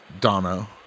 Dono